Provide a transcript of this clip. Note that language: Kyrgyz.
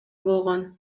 болгон